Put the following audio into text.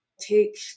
take